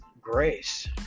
grace